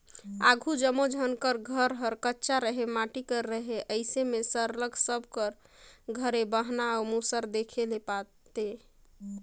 आघु जम्मो झन कर घर हर कच्चा रहें माटी कर रहे अइसे में सरलग सब कर घरे बहना अउ मूसर देखे ले पाते